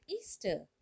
Easter